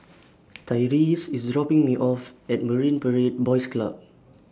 Tyreese IS dropping Me off At Marine Parade Boys Club